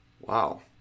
Wow